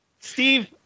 Steve